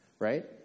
right